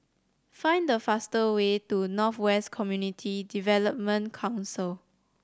find the fastest way to North West Community Development Council